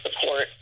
support